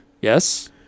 Yes